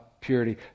purity